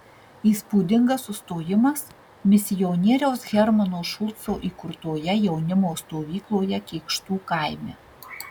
įspūdingas sustojimas misionieriaus hermano šulco įkurtoje jaunimo stovykloje kėkštų kaime